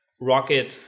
Rocket